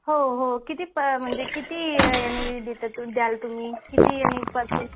हो हो किती प म्हणजे किती यांनी देतात त द्याल तुमी किती यांनी पडतील